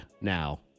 Now